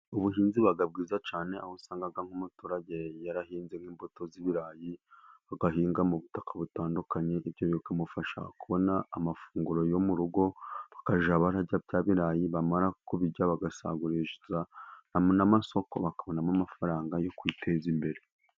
Ubuhinzi buba bwiza cyane, aho usanga n'umuturage yarahinze mbuto y'ibirayi, agahinga mu butaka butandukanye, ibyo bikamufasha kubona amafunguro yo mu rugo, bakajya barya bya birayi, bamara kubirya bagasagurira n'amasoko bakabonamo amafaranga yo kwiteza imbere.